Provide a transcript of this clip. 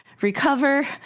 Recover